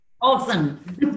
awesome